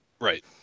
Right